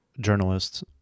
journalists